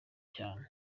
cyane